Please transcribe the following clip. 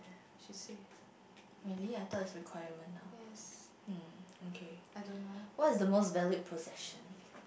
she say yes I don't know